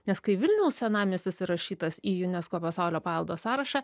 nes kai vilniaus senamiestis įrašytas į unesco pasaulio paveldo sąrašą